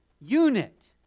unit